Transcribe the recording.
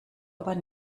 aber